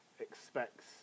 expects